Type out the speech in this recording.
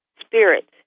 spirit